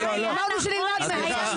אמרנו שנלמד מהם.